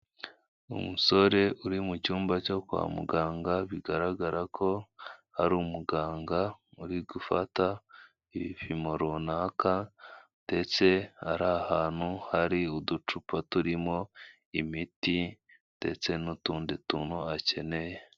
Umusore uri mu cyumba cyo kwa muganga bigaragara ko ari umuganga uri gufata ibipimo runaka ndetse hari ahantu hari uducupa turimo imiti ndetse n'utundi tuntu akeneye.